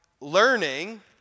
learning